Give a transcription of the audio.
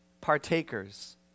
partakers